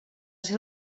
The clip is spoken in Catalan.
ser